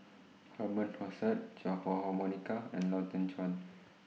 Herman Hochstadt Chua Ah Huwa Monica and Lau Teng Chuan